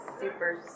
super